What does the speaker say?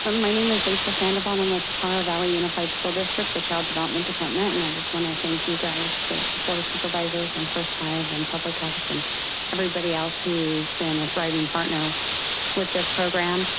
um my name is lisa santa bond um with para valley unified school district, the child development department and i just want to thank you guys, the board of supervisors and first five and public health and everybody else who's been a thriving partner with this program.